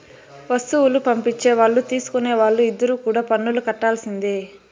వస్తువులు పంపించే వాళ్ళు తీసుకునే వాళ్ళు ఇద్దరు కూడా పన్నులు కట్టాల్సిందే